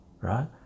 right